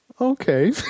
Okay